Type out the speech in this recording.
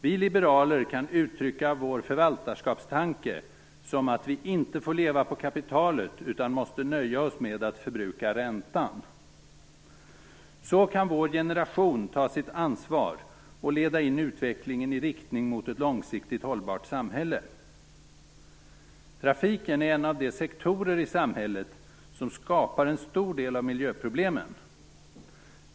Vi liberaler kan uttrycka vår förvaltarskapstanke som att vi inte får leva på kapitalet utan måste nöja oss med att förbruka räntan. Så kan vår generation ta sitt ansvar och leda in utvecklingen i riktning mot ett långsiktigt hållbart samhälle. Trafiken är en av de sektorer i samhället som skapar en stor del av miljöproblemen.